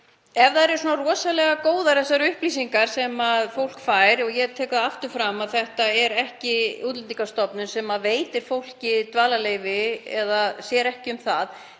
Ef þær eru svona rosalega góðar, þessar upplýsingar sem fólk fær — og ég tek það aftur fram að þetta er ekki Útlendingastofnun sem veitir fólki dvalarleyfi og sér ekki um það